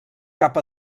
cap